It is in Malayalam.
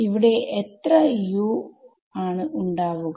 ഇവിടെ എത്ര Us ആണ് ഉണ്ടാവുക